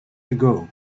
ago